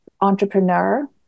entrepreneur